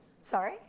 Sorry